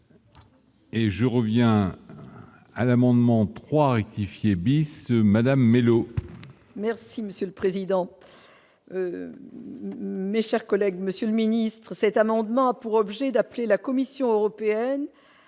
Et je reviens à l'amendement 3 édifié bis Madame Mellow. Merci monsieur le président, mes chers collègues, monsieur le Ministre, cet amendement a pour objet d'appeler la Commission européenne